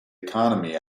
economy